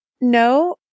No